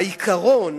העיקרון